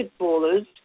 basketballers